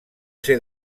ser